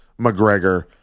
McGregor